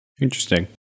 Interesting